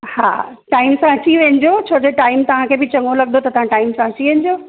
हा टाइम सां अची वञिजो छो जो टाइम तव्हांखे बि चङो लॻंदो त तव्हां टाइम सां अची वञिजो